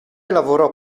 lavorò